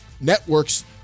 networks